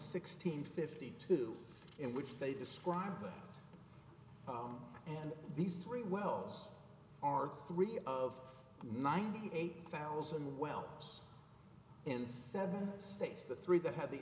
sixteen fifty two in which they describe and these three wells are three of ninety eight thousand wells in seven states the three that had the